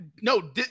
No